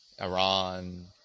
Iran